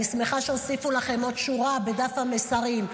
אני שמחה שהוסיפו לכם עוד שורה בדף המסרים.